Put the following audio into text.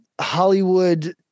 Hollywood